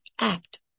act